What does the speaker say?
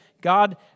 God